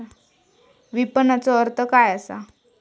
विपणनचो अर्थ काय असा?